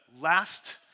last